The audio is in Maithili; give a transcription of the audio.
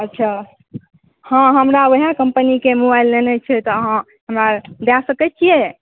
अच्छा हँ हमरा वएह कम्पनी के मोबाइल लेनाइ छै तऽ अहाँ हमरा दए सकै छियै